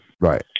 Right